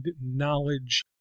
knowledge